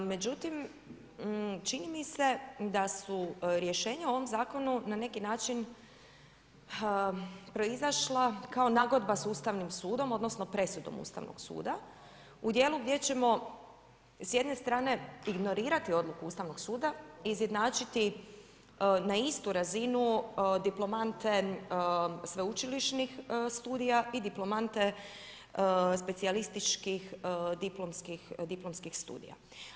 Međutim, čini mi se da su rješenja u ovom zakonu, na neki način, proizašla kao nagodba sa Ustavnim sudom, odnosno, presuda Ustavnog suda, u dijelu gdje ćemo s jedne strane ignorirati odluku Ustavnog suda, izjednačiti na istu razinu diplomante sveučilišnih studija i diplomante specijalističkih diplomskih studija.